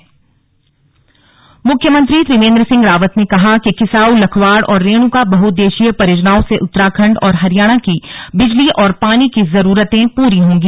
slug Uttarakhand Haryana MOU मुख्यमंत्री त्रिवेंद्र सिंह रावत ने कहा कि किसाऊ लखवाड़ और रेणुका बहुउद्देश्यीय परियोजनाओं से उत्तराखंड और हरियाणा की बिजली और पानी की जरूरतें पूरी होंगी